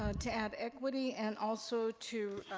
ah to add equity and also to,